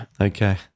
Okay